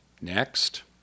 Next